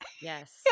Yes